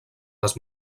les